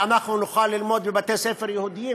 ואנחנו נוכל ללמוד בבתי-ספר יהודיים.